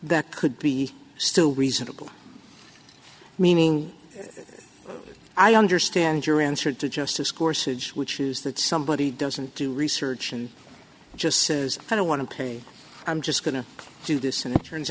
that could be still reasonable meaning i understand your answer to justice courses which is that somebody doesn't do research and just says i don't want to pay i'm just going to do this and it turns